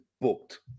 booked